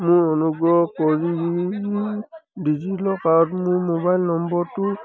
মোৰ অনুগ্ৰহ কৰি ডিজিলকাৰত মোৰ মোবাইল নম্বৰটো